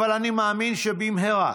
אבל אני מאמין שבמהרה,